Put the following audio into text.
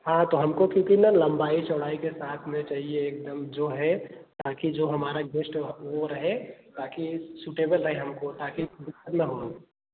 हाँ तो हमकों फी फिर न लम्बाई चौड़ाई के साथ में चाहिए एकदम जो है ताकि जो हमारा बेस्ट वो रहे ताकि सूटेबल रहे हमको ताकि फिर दिक्कत न हो